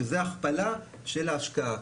שזה הכפלה של ההשקעה.